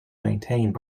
maintained